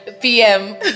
PM